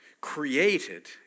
Created